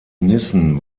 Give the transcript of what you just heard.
nissen